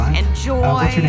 enjoy